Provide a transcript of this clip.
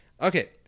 Okay